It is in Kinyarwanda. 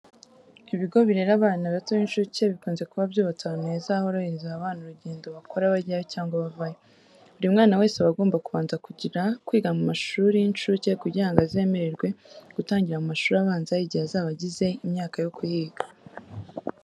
Ibigo birera abana bato b'incuke bikunze kuba byubatse ahantu heza horohereza aba bana urugendo bakora bajyayo cyangwa bavayo. Buri mwana wese aba agomba kubanza kwiga mu mashuri y'incuke kugira ngo azemererwe gutangira mu mashuri abanza igihe azaba agize imyaka yo kuhiga.